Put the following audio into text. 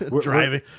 driving